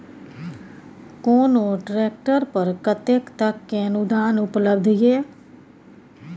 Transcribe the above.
कोनो ट्रैक्टर पर कतेक तक के अनुदान उपलब्ध ये?